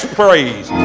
praise